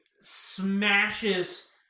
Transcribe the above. smashes